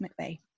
McVeigh